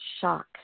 shock